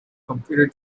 computer